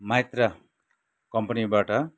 माइत्र कम्पनीबाट